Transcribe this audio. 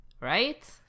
right